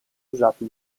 usato